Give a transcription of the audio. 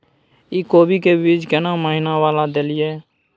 इ कोबी के बीज केना महीना वाला देलियैई?